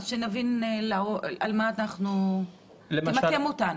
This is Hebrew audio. הפלסטינים, תמקם אותנו.